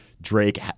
Drake